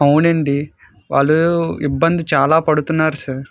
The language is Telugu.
అవునండి వాళ్ళు ఇబ్బంది చాలా పడుతున్నారు సార్